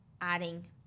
adding